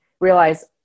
realize